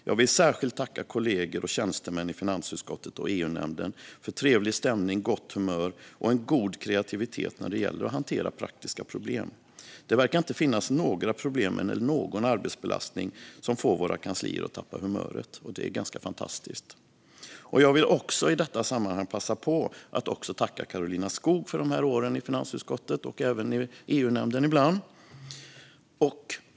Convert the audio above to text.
Jag vill särskilt tacka kollegor och tjänstemän i finansutskottet och EUnämnden för trevlig stämning, gott humör och en god kreativitet när det gäller att hantera praktiska problem. Det verkar inte finnas några problem eller någon arbetsbelastning som får våra kanslier att tappa humöret, och det är ganska fantastiskt. Jag vill också i detta sammanhang passa på att tacka Karolina Skog för åren i finansutskottet och även i EU-nämnden ibland.